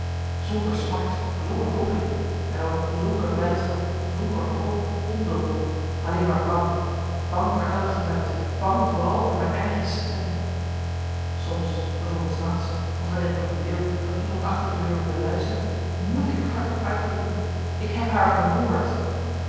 zonder smart zonder wroeging en ook zonder blijdschap zonder hoop omdool alleen maar bang bang voor elk geluid bang vooral voor mijn eigen stem soms bijv s nachts of wanneer ik me verbeeld dat iemand achter de deur me beluistert moet ik hardop uitroepen ik heb haar vermoord